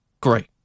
great